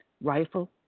rifle